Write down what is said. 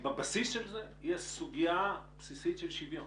בבסיס של זה יש סוגיה בסיסית של שוויון